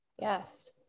yes